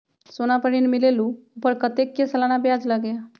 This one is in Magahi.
सोना पर ऋण मिलेलु ओपर कतेक के सालाना ब्याज लगे?